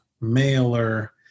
mailer